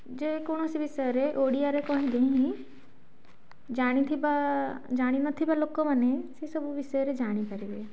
ଯେକୌଣସି ବିଷୟରେ ଓଡ଼ିଆରେ କହିଲେ ହିଁ ଜାଣିଥିବା ଜାଣିନଥିବା ଲୋକମାନେ ସେସବୁ ବିଷୟରେ ଜାଣିପାରିବେ